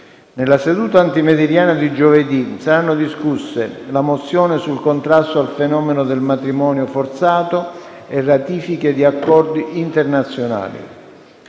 Nella seduta antimeridiana di giovedì saranno discusse la mozione sul contrasto al fenomeno del matrimonio forzato e ratifiche di accordi internazionali.